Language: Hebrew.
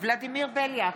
ולדימיר בליאק,